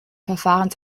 verfahrens